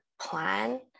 plan